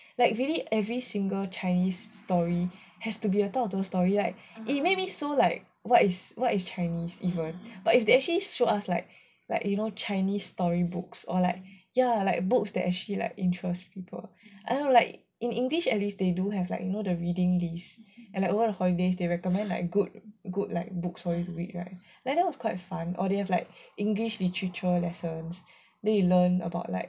like really every single chinese story has to be on top of those stories it make me so like what is chinese even but if they actually show us like like you know chinese storybooks or like ya books that actually like interest people I don't know like in english at least they do have like you know the reading lists and like one of the holidays they recommend like good like good books all these right ya that was quite fun or they have like english literature lessons then you learn about like